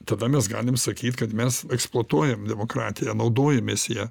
tada mes galim sakyt kad mes eksploatuojam demokratiją naudojamės ja